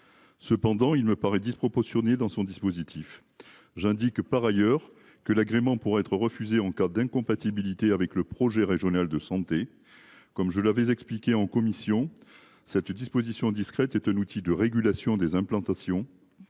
Cependant, il me paraît disproportionnée dans son dispositif. J'indique par ailleurs que l'agrément pour être refusée en cas d'incompatibilité avec le projet régional de santé. Comme je l'avais expliqué en commission. Cette disposition discrète est un outil de régulation des implantations.